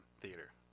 Theater